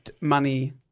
money